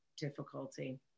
difficulty